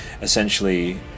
essentially